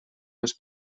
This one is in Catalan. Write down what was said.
els